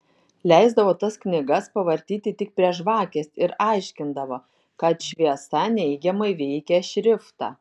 leisdavo tas knygas pavartyti tik prie žvakės ir aiškindavo kad šviesa neigiamai veikia šriftą